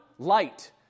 Light